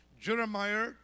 Jeremiah